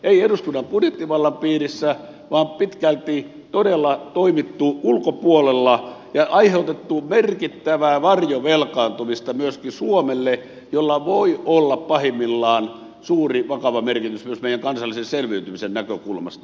ei eduskunnan budjettivallan piirissä vaan pitkälti todella on toimittu ulkopuolella ja aiheutettu merkittävää varjovelkaantumista myöskin suomelle millä voi olla pahimmillaan suuri vakava merkitys myös meidän kansallisen selviytymisen näkökulmasta